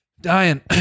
Dying